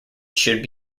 should